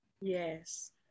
Yes